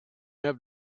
have